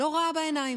לא ראה בעיניים.